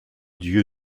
dieu